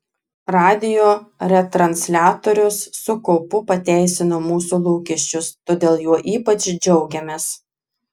radijo retransliatorius su kaupu pateisino mūsų lūkesčius todėl juo ypač džiaugiamės